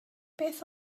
beth